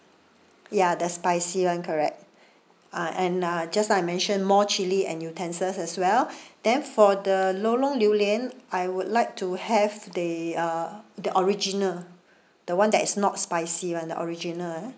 ya the spicy one correct uh and uh just now I mention more chilli and utensils as well then for the lorong lew lian I would like to have the uh the original the one that is not spicy [one] the original eh